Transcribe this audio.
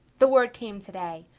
the word came today.